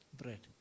bread